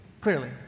clearly